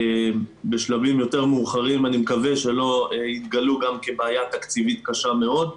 שבשלבים יותר מאוחרים אני מקווה שלא יתגלו גם כבעיה תקציבית קשה מאוד.